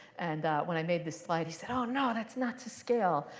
and when i made this slide, he said, oh no, that's not to scale.